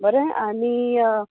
बरें आनी